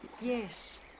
Yes